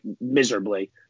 miserably